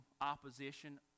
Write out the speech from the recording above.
opposition